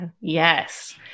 Yes